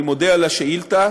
אני מודה על השאילתה.